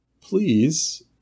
please